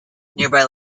nearby